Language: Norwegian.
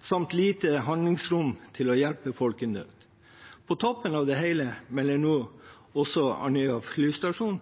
samt lite handlingsrom til å hjelpe folk i nød. På toppen av det hele melder nå Andøya flystasjon